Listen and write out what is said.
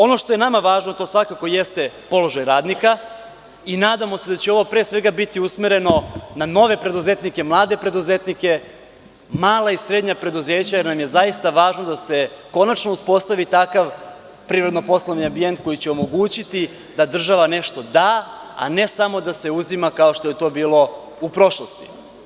Ono što je nama važno je svakako položaj radnika i nadamo se da će ovo pre svega biti usmereno na nove preduzetnike, mlade preduzetnike, mala i srednja preduzeća, jer nam je zaista važno da se konačno uspostavi takav prirodno poslovni ambijent koji će omogućiti da država nešto da, a ne samo da se uzima kao što je to bilo u prošlosti.